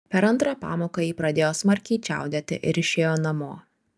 per antrą pamoką ji pradėjo smarkiai čiaudėti ir išėjo namo